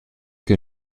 che